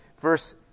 verse